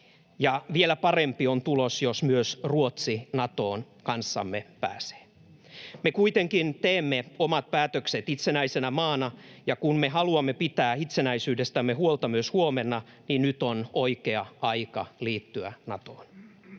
vielä parempi on tulos, jos myös Ruotsi Natoon kanssamme pääsee. Me kuitenkin teemme omat päätökset itsenäisenä maana, ja kun me haluamme pitää itsenäisyydestämme huolta myös huomenna, niin nyt on oikea aika liittyä Natoon.